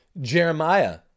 Jeremiah